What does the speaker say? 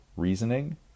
reasoning